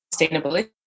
sustainability